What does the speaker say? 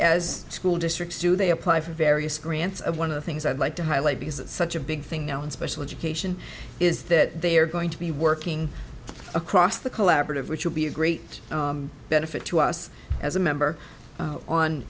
as school districts do they apply for various grants of one of the things i'd like to highlight because it's such a big thing now in special education is that they are going to be working across the collaborative which will be a great benefit to us as a member on